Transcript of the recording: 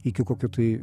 iki kokio tai